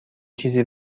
چیزی